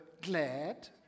glad